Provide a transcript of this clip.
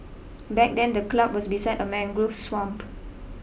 back then the club was beside a mangrove swamp